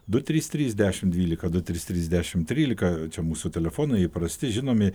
du trys trys dešimt dvylika du trys trys dešimt trylika čia mūsų telefonai įprasti žinomi